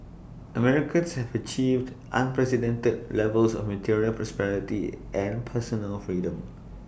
Americans have achieved unprecedented levels of material prosperity and personal freedom